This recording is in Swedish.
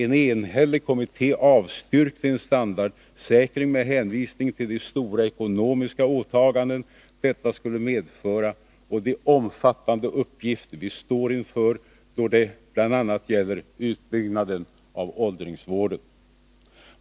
En enhällig kommitté avstyrkte en standardsäkring med hänvisning till de stora ekonomiska åtaganden den skulle medföra och de omfattande uppgifter vi står inför då det bl.a. gäller utbyggnad av åldringsvården.